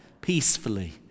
peacefully